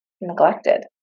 neglected